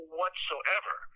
whatsoever